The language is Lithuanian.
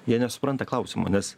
jie nesupranta klausimo nes